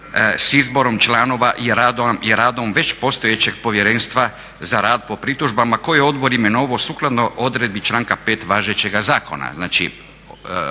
s izborom članova i radom već postojećeg Povjerenstva za rad po pritužbama koje je odbor imenovao sukladno odredbi članka 5. važećega zakona.